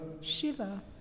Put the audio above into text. Shiva